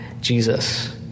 Jesus